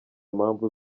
mpamvu